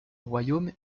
royaume